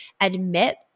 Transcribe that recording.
admit